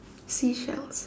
seashells